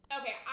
Okay